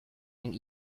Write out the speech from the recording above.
and